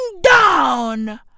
down